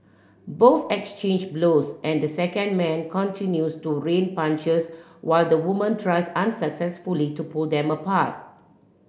both exchange blows and the second man continues to rain punches while the woman tries unsuccessfully to pull them apart